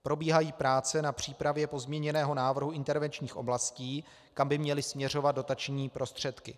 Probíhají práce na přípravě pozměněného návrhu intervenčních oblastí, kam by měly směřovat dotační prostředky.